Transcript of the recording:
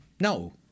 No